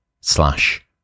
slash